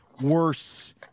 worse